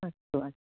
अस्तु अस्तु